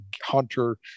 hunter